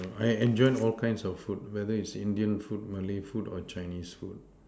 I enjoy all kinds of food whether is Indian food Malay food or Chinese food